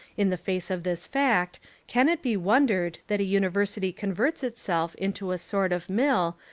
in the face of this fact can it be wondered that a university converts itself into a sort of mill,